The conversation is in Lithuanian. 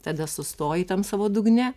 tada sustoji tam savo dugne